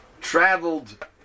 traveled